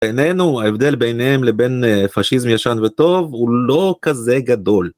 בינינו, ההבדל ביניהם לבין פשיזם ישן וטוב הוא לא כזה גדול.